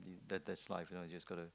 that that's life you know just got to